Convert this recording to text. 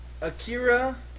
Akira